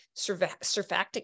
surfactant